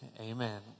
Amen